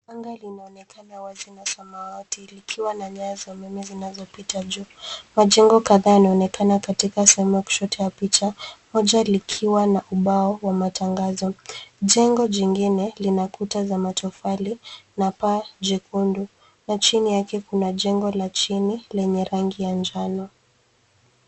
Anga linaonekana wazi na samawati likiwa na nyaya za umeme zinazopita juu. Majengo kadhaa yanaonekana katika sehemu ya kushoto ya picha moja likiwa na ubao wa matangazo. Jengo jingine lina kuta za matofali na paa jekundu na chini yake kuna jengo la chini lenye rangi ya njano.